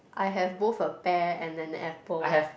I have both a pear and an apple